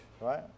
right